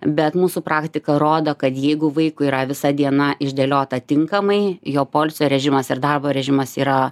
bet mūsų praktika rodo kad jeigu vaikui yra visa diena išdėliota tinkamai jo poilsio režimas ir darbo režimas yra